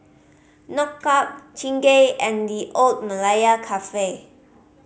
Knockout Chingay and The Old Malaya Cafe